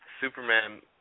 Superman